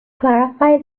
clarify